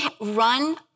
run